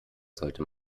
sollte